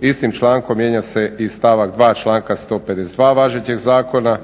Istim člankom mijenja se i stavak 2. članka 152. važećeg zakona